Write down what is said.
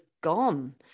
gone